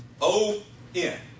O-N